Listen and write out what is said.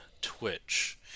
Twitch